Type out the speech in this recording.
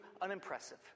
unimpressive